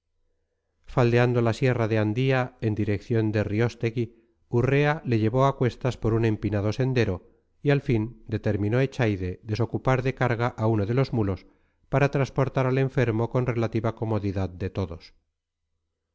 faldeando la sierra de andía en dirección de rióstegui urrea le llevó a cuestas por un empinado sendero y al fin determinó echaide desocupar de carga a uno de los mulos para transportar al enfermo con relativa comodidad de todos